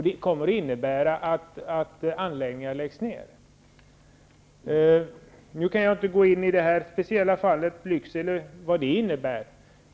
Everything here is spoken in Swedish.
Det kommer att innebära att anläggningar läggs ner. Jag kan inte gå in på vad det speciella fallet med Lyckselse innebär.